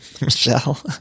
Michelle